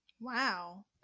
Wow